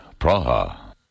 Praha